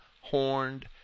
horned